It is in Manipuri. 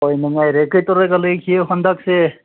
ꯍꯣꯏ ꯅꯨꯡꯉꯥꯏꯔꯤ ꯀꯩꯗꯧꯔꯒ ꯂꯩꯒꯦ ꯍꯟꯗꯛꯁꯦ